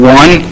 one